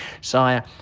sire